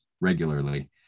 regularly